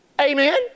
Amen